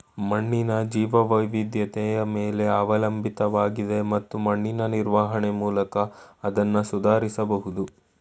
ಮಣ್ಣಿನ ಜೀವವೈವಿಧ್ಯತೆ ಮೇಲೆ ಅವಲಂಬಿತವಾಗಿದೆ ಮತ್ತು ಮಣ್ಣಿನ ನಿರ್ವಹಣೆ ಮೂಲಕ ಅದ್ನ ಸುಧಾರಿಸ್ಬಹುದು